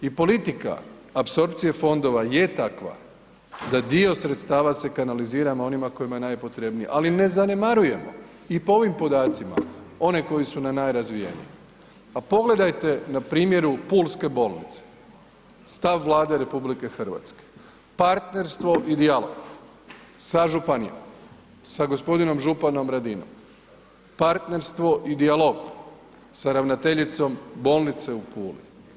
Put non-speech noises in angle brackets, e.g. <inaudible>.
I politika apsorpcije fondova je takva da dio sredstva se kanalizira onima kojima je najpotrebnija ali ne zanemarujemo i po ovim podacima one koje su ... <unintelligible> Pa pogledajte na primjer pulske bolnice, stav Vlade RH, partnerstvo i dijalog sa županijama, sa g. županom Radinom, partnerstvo i dijalog sa ravnateljicom bolnice u Puli.